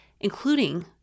including